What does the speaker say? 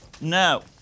No